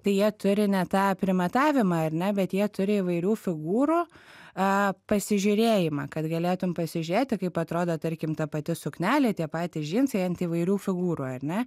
tai jie turi ne tą primatavimą ar ne bet jie turi įvairių figūrų a pasižiurėjimą kad galėtum pasižiūrėti kaip atrodo tarkim ta pati suknelė tie patys džinsai ant įvairių figūrų ar ne